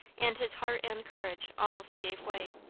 and his heart and courage almost gave way.